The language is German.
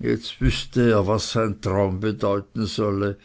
jetzt wüßte er was sein traum bedeuten solle